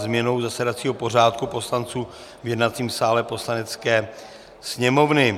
Návrh na změny zasedacího pořádku poslanců v jednacím sále Poslanecké sněmovny